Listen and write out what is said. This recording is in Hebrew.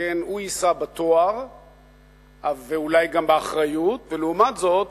שכן הוא יישא בתואר ואולי גם באחריות, ולעומת זאת